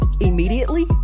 immediately